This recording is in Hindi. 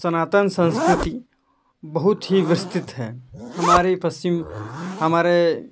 सनातन संस्कृति बहुत ही विस्तृत है हमारे पश्चिम हमारे